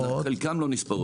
--- חלקן לא נספרות.